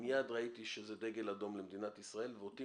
מיד ראיתי שזה דגל אדום למדינת ישראל ואותי